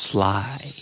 Sly